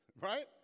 Right